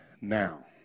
now